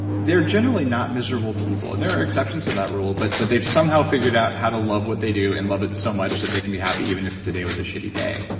they're generally not miserable people and there are exceptions to that rule. but but they've somehow figured out how to love what they do, and love it so much that they can be happy even if today was a shitty day.